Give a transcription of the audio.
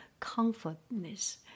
comfortness